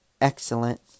excellent